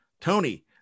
Tony